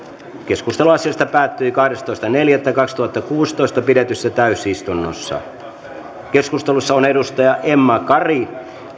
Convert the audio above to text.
keskustelu asiasta päättyi kahdestoista neljättä kaksituhattakuusitoista pidetyssä täysistunnossa keskustelussa on emma kari